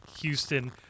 Houston